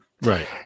right